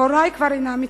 הורי כבר אינם אתי,